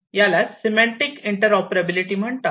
यालाच semantic interoperability म्हणतात